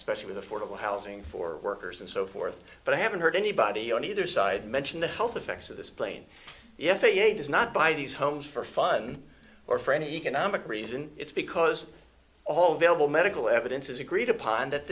especially with affordable housing for workers and so forth but i haven't heard anybody on either side mention the health effects of this plane the f a a does not buy these homes for fun or for any economic reason it's because all vailable medical evidence is agreed upon that